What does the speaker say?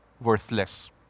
worthless